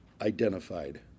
identified